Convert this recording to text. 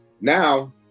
Now